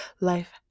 life